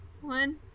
one